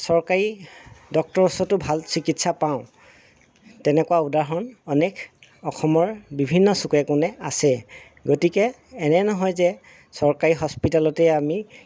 চৰকাৰী ডক্টৰৰ ওচৰতো ভাল চিকিৎসা পাওঁ তেনেকুৱা উদাহৰণ অনেক অসমৰ বিভিন্ন চুকে কোণে আছে গতিকে এনে নহয় যে চৰকাৰী হস্পিটেলতেই আমি